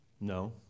no